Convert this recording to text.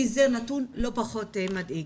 כי זה נתון לא פחות מדאיג.